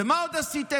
ומה עוד עשיתם?